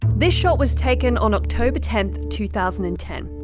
this shot was taken on october ten, two thousand and ten.